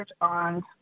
on